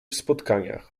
spotkaniach